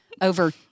over